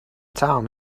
town